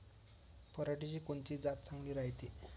पऱ्हाटीची कोनची जात चांगली रायते?